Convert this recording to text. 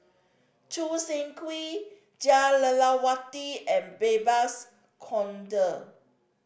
Choo Seng Quee Jah Lelawati and Babes Conde